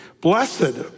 Blessed